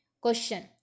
Question